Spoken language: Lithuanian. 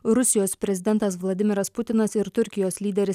rusijos prezidentas vladimiras putinas ir turkijos lyderis